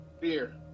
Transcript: Beer